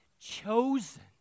chosen